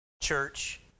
church